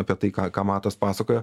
apie tai ką ką matas pasakojo